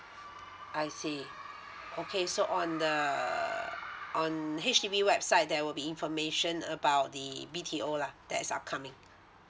I see okay so on the on H_D_B website there will be information about the B_T_O lah that is upcoming